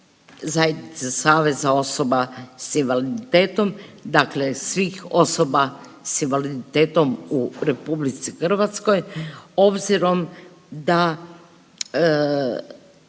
Zajednice saveza osoba s invaliditetom, dakle svih osoba s invaliditetom u RH obzirom da,